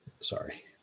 sorry